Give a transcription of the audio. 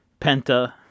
Penta